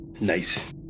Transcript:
Nice